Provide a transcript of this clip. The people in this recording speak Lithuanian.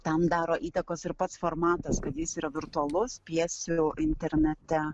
tam daro įtakos ir pats formatas kad jis yra virtualus pjesių internete